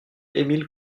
émile